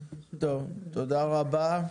טוב, תודה רבה.